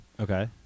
Okay